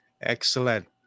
Excellent